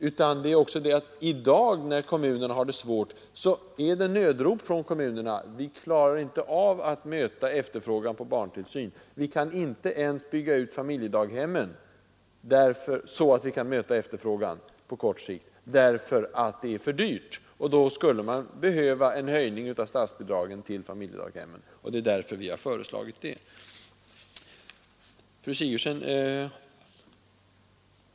Även i dag finns detta mostånd. Kommunerna har ekonomiska problem; det kommer nödrop från kommunerna: Vi klarar inte av att möta efterfrågan på barntillsyn, vi kan inte ens öka antalet familjedaghem så att vi kan möta efterfrågan på kort sikt, därför att det är för dyrt. Då skulle man behöva en höjning av statsbidragen till familjedaghemmen. Det är därför vi har föreslagit det.